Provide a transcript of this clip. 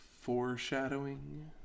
foreshadowing